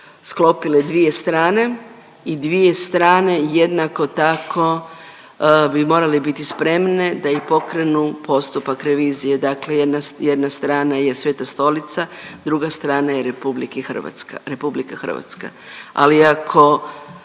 sklopile dvije strane i dvije strane jednako tako bi morale biti spremne da i pokrenu postupak revizije, dakle jedna strana je Sveta Stolica, druga strana je RH, RH. Ali ako